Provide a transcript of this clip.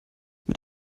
mit